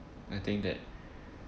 I think that